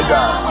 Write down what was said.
God